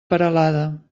peralada